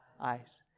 Eyes